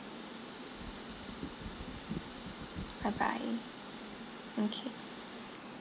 bye bye okay